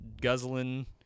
guzzling